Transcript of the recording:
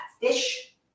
fish